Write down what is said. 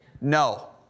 No